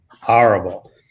horrible